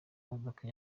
imodoka